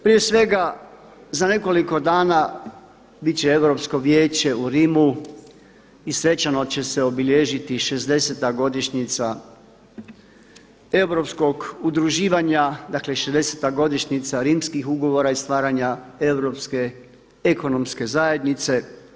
Prije svega za nekoliko dana biti će Europsko vijeće u Rimu i svečano će se obilježiti 60-ta godišnjica europskog udruživanja, dakle 60-ta godišnjica rimskih ugovora i stvaranja europske ekonomske zajednice.